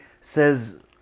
Says